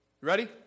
ready